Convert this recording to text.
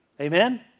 Amen